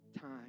time